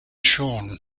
sean